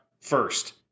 first